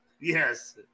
Yes